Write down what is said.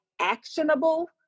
actionable